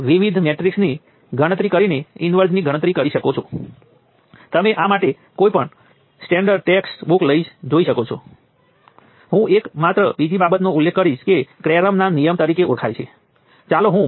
તેથી તમારે Vx ની વ્યાખ્યાને અનુસરીને તેને k તરીકે લખવું પડશે